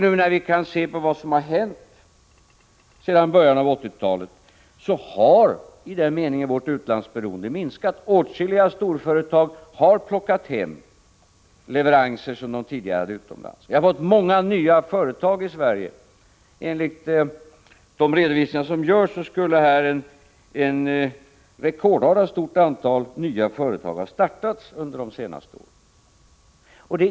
Nu när vi kan se vad som har hänt sedan början av 1980-talet finner vi att vårt utlandsberoende i den meningen minskat. Åtskilliga storföretag har plockat hem beställningar på leveranser som de tidigare placerade utomlands. Vi har fått många nya företag i Sverige. Enligt de redovisningar som görs skulle ett rekordstort antal nya företag ha startat här under de senaste åren.